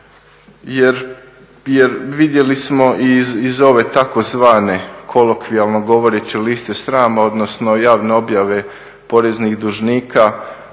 Jer vidjeli smo iz ove tzv. kolokvijalno govoreći liste srama, odnosno javne objave poreznih dužnika